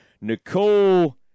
Nicole